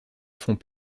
font